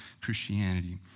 Christianity